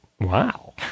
Wow